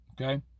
Okay